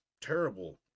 terrible